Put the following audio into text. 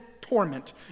torment